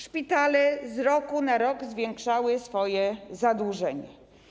Szpitale z roku na rok zwiększały swoje zadłużenie.